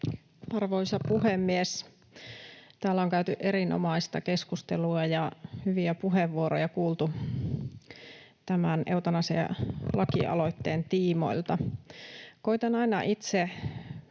Arvoisa puhemies! Täällä on käyty erinomaista keskustelua ja hyviä puheenvuoroja on kuultu tämän eutanasia-lakialoitteen tiimoilta. Koetan aina itse